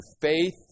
faith